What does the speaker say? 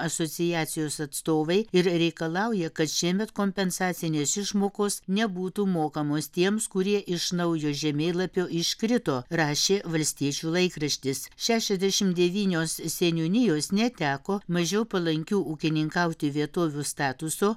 asociacijos atstovai ir reikalauja kad šiemet kompensacinės išmokos nebūtų mokamos tiems kurie iš naujo žemėlapio iškrito rašė valstiečių laikraštis šešiasdešim devynios seniūnijos neteko mažiau palankių ūkininkauti vietovių statuso